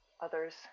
others